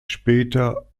später